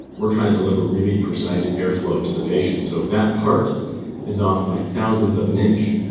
we're trying to deliver really precise airflow to the patient. so if that part is off by thousandths of an inch,